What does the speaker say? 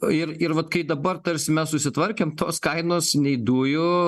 o ir ir vat kai dabar tarsi mes susitvarkėm tos kainos nei dujų